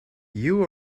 you